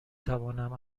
توانم